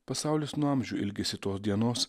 pasaulis nuo amžių ilgisi tos dienos